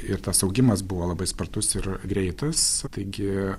ir tas augimas buvo labai spartus ir greitas taigi